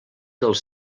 dels